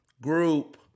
group